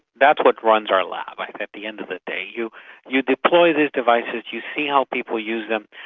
that's what runs our lab, at the end of the day. you you deploy these devices, you see how people use them,